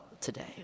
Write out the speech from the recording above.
today